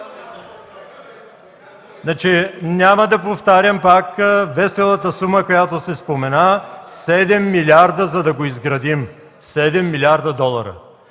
Няма да повтарям пак за веселата сума, която се спомена – 7 милиарда, за да го изградим. Седем милиарда долара!